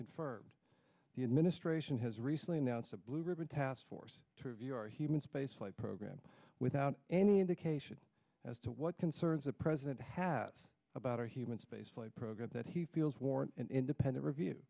confirmed the administration has recently announced a blue ribbon task force to review our human spaceflight program without any indication as to what concerns a president have about our human spaceflight program that he feels warrant an independent review